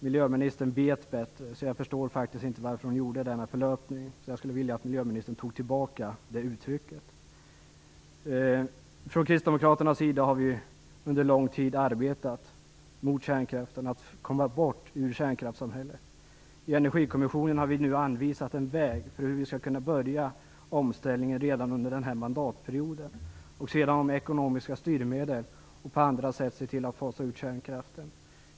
Miljöministern vet bättre, så jag förstår faktiskt inte varför hon gjorde denna förlöpning. Jag skulle vilja att miljöministern tog tillbaka det påståendet. Vi kristdemokrater har under lång tid arbetat för att komma bort från kärnkraftssamhället. I Energikommissionen har vi nu anvisat en väg för hur vi skall kunna påbörja omställningen redan under den här mandatperioden och genom ekonomiska styrmedel och på andra sätt se till att fasa ut kärnkraften.